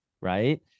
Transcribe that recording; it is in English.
right